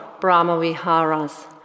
Brahma-viharas